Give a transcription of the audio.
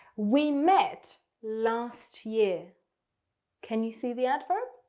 we met last year can you see the adverb?